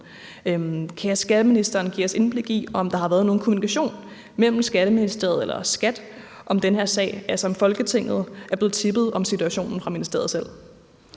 give os indblik i, om der har været nogen kommunikation fra Skatteministeriet eller skattemyndighederne om den her sag, altså om Folketinget er blevet tippet om situationen fra ministeriet selv?